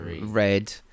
red